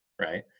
right